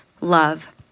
love